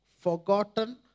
forgotten